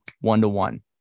one-to-one